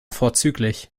vorzüglich